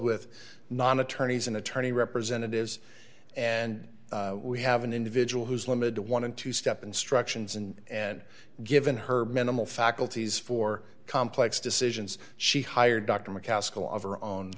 with non attorneys and attorney representatives and we have an individual who is limited to one and two step instructions and and given her minimal faculties for complex decisions she hired dr